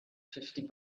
fifty